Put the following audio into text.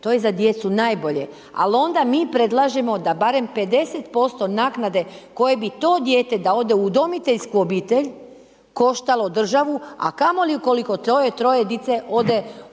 to je za djecu najbolje, al onda mi predlažemo da barem 50% naknade koje bi to dijete da ode u udomiteljsku obitelj koštalo državu, a kamoli koliko to troje dice ode u dom gdje